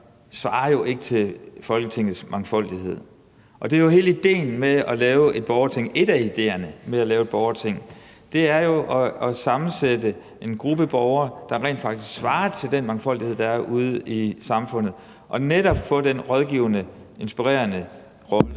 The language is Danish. svarer jo ikke til en mangfoldighed i Folketinget. Og hele idéen med at lave et borgerting eller en af idéerne med at lave et borgerting er jo at sammensætte en gruppe borgere, der rent faktisk svarer til den mangfoldighed, der er ude i samfundet, og som netop kan få en rådgivende, inspirerende rolle